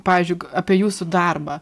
pavyzdžiui apie jūsų darbą